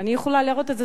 אני יכולה להראות את זה,